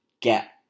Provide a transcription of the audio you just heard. get